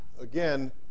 Again